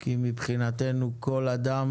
כי מבחינתנו כל אדם